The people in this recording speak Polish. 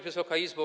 Wysoka Izbo!